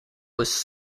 was